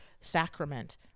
sacrament